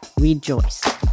Rejoice